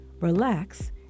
relax